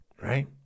right